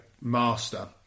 master